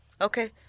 Okay